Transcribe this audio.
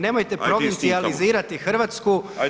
nemojte provincijalizirati Hrvatsku…